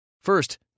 First